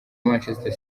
manchester